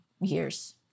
years